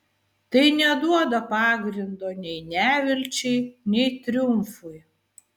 tai neduoda pagrindo nei nevilčiai nei triumfui